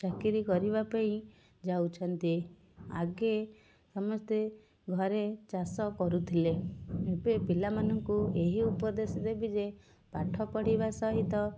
ଚାକିରି କରିବା ପାଇଁ ଯାଉଛନ୍ତି ଆଗେ ସମସ୍ତେ ଘରେ ଚାଷ କରୁଥିଲେ ଏବେ ପିଲାମାନଙ୍କୁ ଏହି ଉପଦେଶ ଦେବି ଯେ ପାଠପଢ଼ିବା ସହିତ